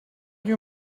you